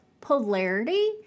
polarity